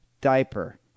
diaper